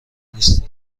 نیستی